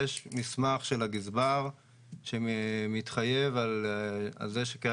יש מסמך של הגזבר שמתחייב על זה שקיים